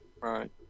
Right